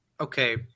Okay